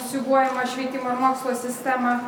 siūbuojamą švietimo ir mokslo sistemą